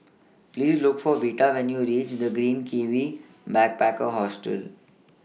Please Look For Vita when YOU REACH The Green Kiwi Backpacker Hostel